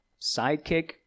sidekick